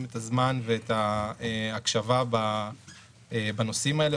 את הזמן ואת ההקשבה לנושאים האלה.